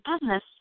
business